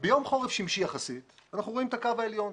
- אנחנו רואים את הקו העליון.